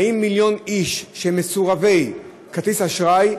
האם מיליון איש שהם מסורבי כרטיס אשראי,